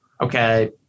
okay